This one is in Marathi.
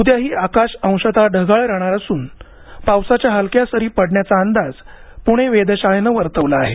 उद्याही आकाश अंशत ढगाळ राहणार असून पावसाच्या हलक्या सरी पडण्याचा अंदाज पुणे वेधशाळेनं वर्तवला आहे